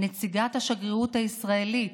נציגת השגרירות הישראלית,